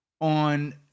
on